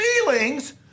feelings